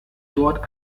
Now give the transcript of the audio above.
dort